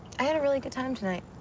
i had a really good time tonight.